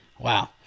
wow